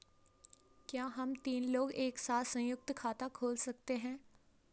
क्या हम तीन लोग एक साथ सयुंक्त खाता खोल सकते हैं?